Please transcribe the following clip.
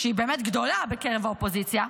שהיא באמת גדולה בקרב האופוזיציה,